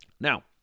Now